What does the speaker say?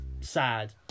Sad